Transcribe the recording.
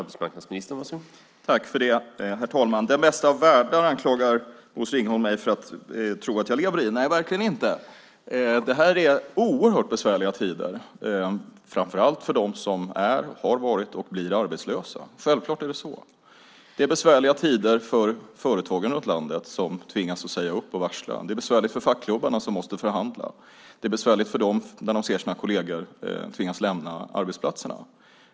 Herr talman! Bosse Ringholm anklagar mig för att tro att jag lever i den bästa av världar. Nej, det gör jag verkligen inte. Det är oerhört besvärliga tider, framför allt för dem som är, har varit och blir arbetslösa. Självklart är det så. Det är besvärliga tider för företagen i landet som tvingas säga upp och varsla. Det är besvärligt för fackföreningarna som måste förhandla. Det är besvärligt för dem när de ser sina kolleger tvingas lämna sina arbetsplatser.